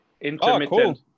intermittent